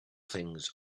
things